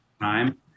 time